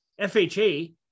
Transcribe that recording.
FHA